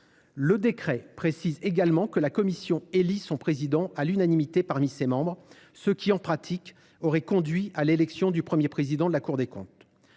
Le décret précise également que la commission élit son président à l’unanimité parmi ses membres, ce qui, en pratique, aurait conduit à l’élection du Premier président de la Cour des comptes.